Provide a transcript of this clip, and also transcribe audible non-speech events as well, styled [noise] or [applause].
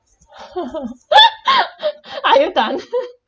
[laughs] are you done [laughs]